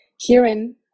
Herein